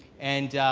and,